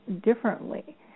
differently